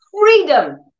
freedom